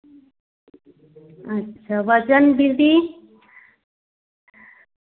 अच्छा वज़न दीदी